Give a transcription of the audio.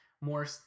more